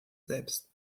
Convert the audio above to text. selbst